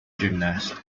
gymnast